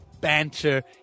banter